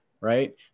right